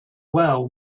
well